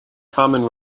common